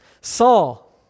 Saul